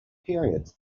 periods